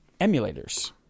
emulators